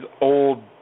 old